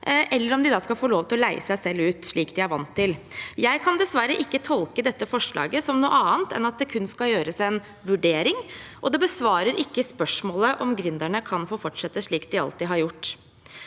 eller om de da skal få lov til å leie seg selv ut, slik de er vant til. Jeg kan dessverre ikke tolke dette forslaget som noe annet enn at det kun skal gjøres en vurdering, og det besvarer ikke spørsmålet om gründerne kan få fortsette slik de alltid har gjort.